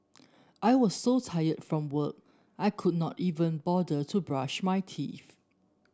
I was so tired from work I could not even bother to brush my teeth